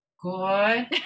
Good